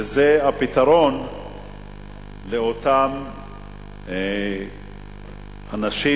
וזה הפתרון לאותם אנשים